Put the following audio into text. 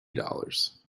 dollars